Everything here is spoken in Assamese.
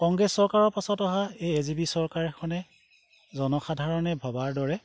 কংগ্ৰেছ চৰকাৰৰ পাছত অহা এই এ জি পি চৰকাৰখনে জনসাধাৰণে ভবাৰ দৰে